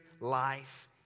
life